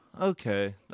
Okay